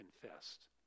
confessed